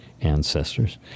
ancestors